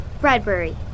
Bradbury